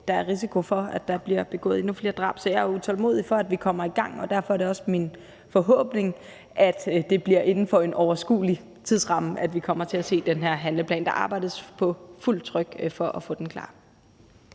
der er risiko for, at der bliver begået endnu flere drab, så jeg er utålmodig, i forhold til at vi kommer i gang. Derfor er det også min forhåbning, at det bliver inden for en overskuelig tidsramme, at vi kommer til at se den her handleplan. Der arbejdes på fuldt tryk for at få den klar.